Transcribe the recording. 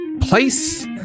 Place